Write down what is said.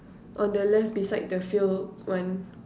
on the left beside the filled one